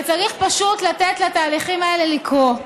וצריך פשוט לתת לתהליכים האלה לקרות.